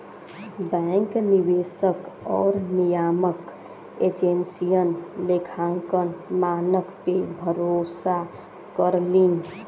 bank निवेशक आउर नियामक एजेंसियन लेखांकन मानक पे भरोसा करलीन